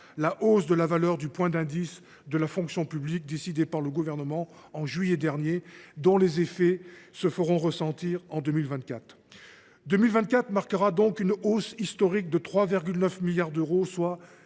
la hausse de la valeur du point d’indice de la fonction publique décidée par le Gouvernement en juillet dernier, dont les effets se feront ressentir en 2024. L’année prochaine marquera donc une hausse historique de ce budget de 3,9 milliards d’euros,